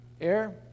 air